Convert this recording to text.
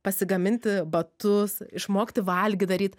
pasigaminti batus išmokti valgyt daryt